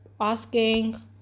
asking